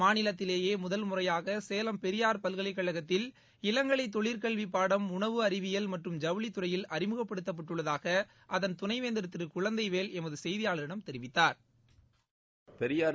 மாநிலத்திலேயே முதல் முறையாக சேலம் பெரியாள் பல்கலைக்கழக்தில் இளங்கலை தொழிற்கல்வி பாடம் உணவு அறிவியல் மற்றும் ஜவுளித்துறையில் அறிமுகப்படுத்தப்பட்டுள்ளதாக அதள் துணைவேந்தர் திரு குழந்தைவேல் எமது செய்தியாளரிடம் தெரிவித்தார்